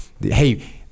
hey